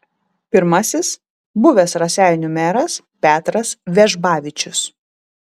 pirmasis buvęs raseinių meras petras vežbavičius